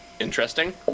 Interesting